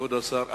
כבוד השר,